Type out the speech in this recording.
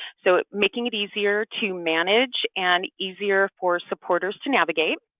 so making it easier to manage and easier for supporters to navigate.